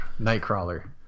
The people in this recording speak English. Nightcrawler